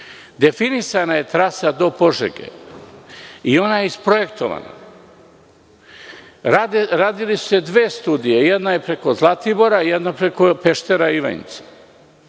koncesiji. Definisana je trasa do Požege i ona je isprojektovana. Radile su se dve studije. Jedna je preko Zlatibora, a jedna preko Peštera i